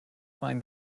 find